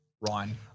Ryan